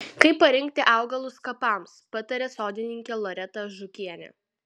kaip parinkti augalus kapams pataria sodininkė loreta ažukienė